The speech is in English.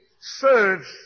serves